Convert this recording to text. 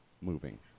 moving